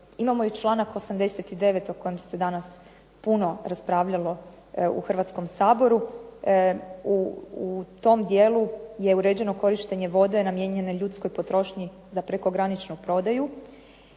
imamo i članak 89. o kojem se danas puno raspravljalo u Hrvatskom saboru. U tom dijelu je uređeno korištenje vode namijenjene ljudskoj potrošnji za prekograničnu prodaju.